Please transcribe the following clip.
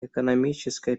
экономическая